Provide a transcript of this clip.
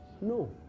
No